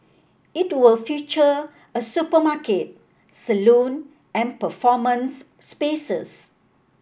it will feature a supermarket salon and performance spaces